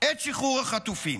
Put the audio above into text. את שחרור החטופים?